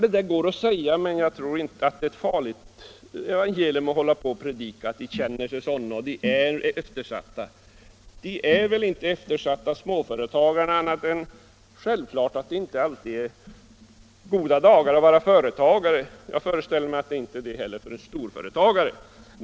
Det går att säga, men jag tror inte att det är så farligt. Jag vet att en del företagare håller på och predikar att de känner sig eftersatta. Småföretagarna är inte eftersatta. Det är självklart att det inte alltid är goda dagar för företagare — jag föreställer mig att det inte är det för storföretagare heller.